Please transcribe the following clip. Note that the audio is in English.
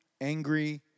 angry